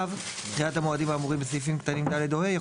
"(ו) דחיית המועדים האמורים בסעיפים קטנים (ד) או